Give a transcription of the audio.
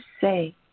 say